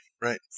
right